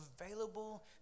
available